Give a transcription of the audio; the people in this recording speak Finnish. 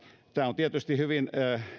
tämä on tietysti hyvin